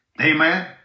Amen